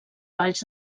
valls